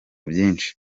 byinshi